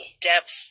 depth